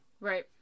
Right